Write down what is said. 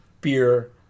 beer